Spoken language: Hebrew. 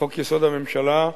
לחוק-יסוד: הממשלה,